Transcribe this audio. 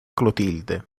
clotilde